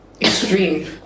extreme